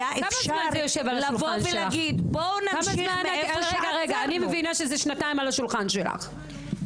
היה אפשר היה לבוא ולהגיד --- אני מבינה שזה שנתיים על השולחן שלך.